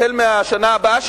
החל מהשנה הבאה,